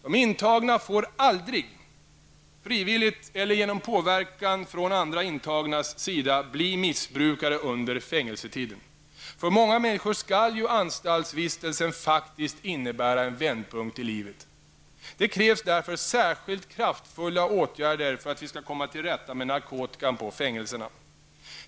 De intagna får aldrig, frivilligt eller genom påverkan från andra intagnas sida, bli missbrukare under fängelsetiden. För många människor skall ju anstaltsvistelsen faktiskt innebära en vändpunkt i livet. Det krävs därför särskilt kraftfulla åtgärder för att vi skall komma till rätta med narkotikan på fängelserna.